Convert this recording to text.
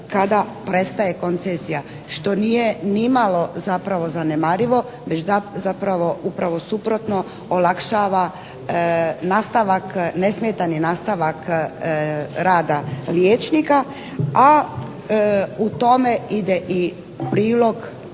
kada prestaje koncesija što nije nimalo zanemarivo već suprotno olakšava nesmetani nastavak rada liječnika, a u tome ide i prilog